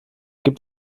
gibt